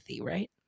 right